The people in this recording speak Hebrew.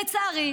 לצערי,